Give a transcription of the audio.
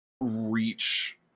reach